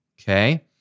okay